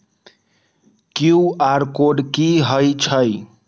QR code कि हई छई?